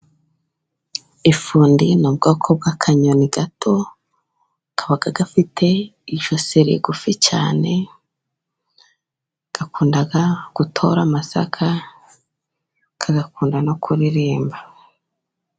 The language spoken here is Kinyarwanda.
Ifundi n'ubwoko bw'akanyoni gato, kaba gafite ijosi rigufi cyane, gakunda gutora amasaka kagakunda no kuririmba.